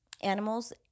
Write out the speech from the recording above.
animals